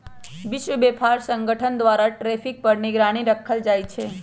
विश्व व्यापार संगठन द्वारा टैरिफ पर निगरानी राखल जाइ छै